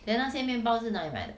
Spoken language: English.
then 那些面包是哪里买的